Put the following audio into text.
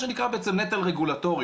זה מה שנקרא בעצם נטל רגולטורי,